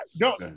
No